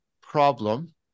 problem